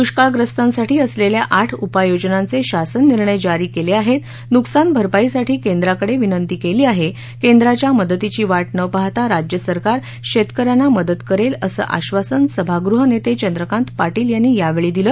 दुष्काळप्रस्तांसाठी असलेल्या आठ उपाययोजनांचे शासन निर्णय जारी केले आहेत नुकसानभारपाईसाठी केंद्राकडे विनंती केली आहे केंद्राच्या मदतीची वाट न पाहता राज्य सरकार शेतकऱ्यांना मदत करेल असं आक्षासन सभागृह नेते चंद्रकांत पाटील यांनी यावेळी दिलं